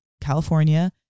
California